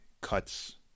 cuts